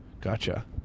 Gotcha